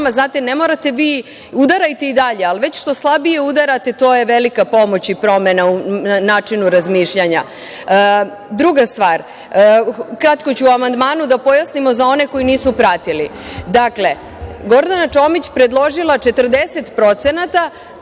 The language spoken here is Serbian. nama. Znate, udarajte i dalje, ali što slabije udarate to je velika pomoć i promena u načinu razmišljanja. Druga stvar, kratko ću o amandmanu, da pojasnimo za one koji nisu pratili. Dakle, Gordana Čomić predložila je